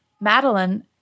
Madeline